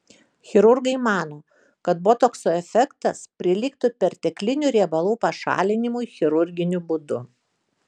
chirurgai mano kad botokso efektas prilygtų perteklinių riebalų pašalinimui chirurginiu būdu